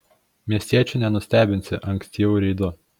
miestiečių nenustebinsi ankstyvu reidu